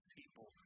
people